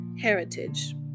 heritage